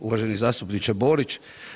Uvaženi zastupniče Borić.